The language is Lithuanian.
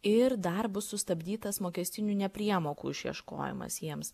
ir dar bus sustabdytas mokestinių nepriemokų išieškojimas jiems